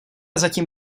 zatím